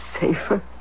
safer